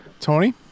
Tony